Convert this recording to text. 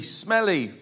smelly